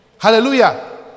Hallelujah